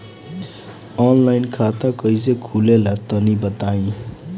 Offline खाता कइसे खुलेला तनि बताईं?